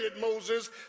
Moses